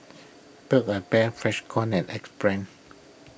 Build A Bear Freshkon and Axe Brand